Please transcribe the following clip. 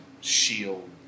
shield